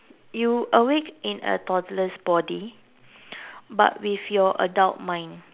you awake in a toddler's body but with your adult mind